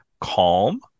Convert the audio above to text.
calm